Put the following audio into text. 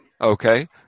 Okay